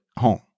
home